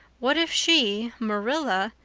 what if she, marilla,